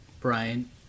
Brian